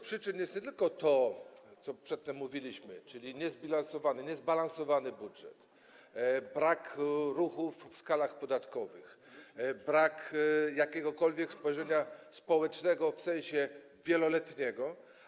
Przyczyną jest nie tylko to, o czym przedtem mówiliśmy, czyli niezbilansowany, niezbalansowany budżet, brak ruchów w skalach podatkowych, brak jakiegokolwiek spojrzenia społecznego w sensie wieloletniego.